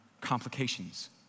complications